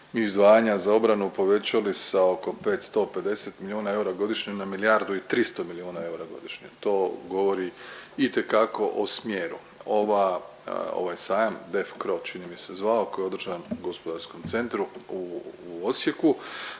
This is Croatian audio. izdvajanja za obranu povećali sa oko 505 milijuna eura godišnje na milijardu i 300 milijuna eura godišnje, to govori itekako o smjeru. Ova, ovaj sajam Def Cro čini mi se zvao koji je održan u Gospodarskom centru u Osijeku,